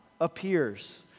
appears